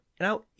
Now